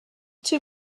two